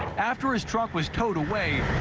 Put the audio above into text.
after his truck was towed away.